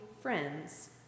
friends